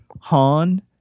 han